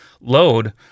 load